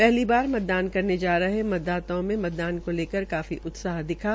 पहली बार मतदान करने जा रहे मतदाताओं में मतदान को लेकर काफी उत्साह दिखा